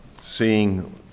Seeing